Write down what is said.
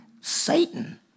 Satan